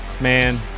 Man